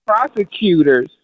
prosecutors